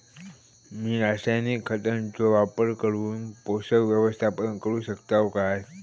मी रासायनिक खतांचो वापर करून पोषक व्यवस्थापन करू शकताव काय?